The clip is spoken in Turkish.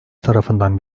tarafından